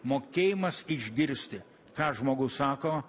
mokėjimas išgirsti ką žmogus sako